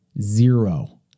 Zero